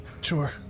Sure